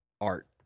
art